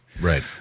Right